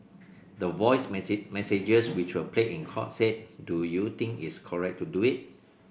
the voice messages which were played in court said do you think its correct to do it